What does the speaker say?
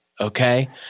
okay